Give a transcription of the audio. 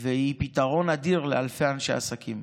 והיא פתרון אדיר לאלפי אנשי עסקים.